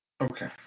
Okay